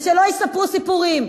ושלא יספרו סיפורים.